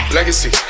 Legacy